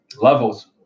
levels